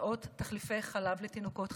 קופסאות תחליפי חלב לתינוקות.